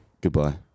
Goodbye